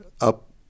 up